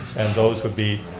and those would be,